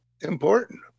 important